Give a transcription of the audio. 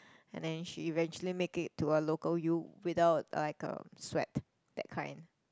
and then she actually make it to a local U without like a sweat that kind